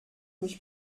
mich